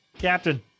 Captain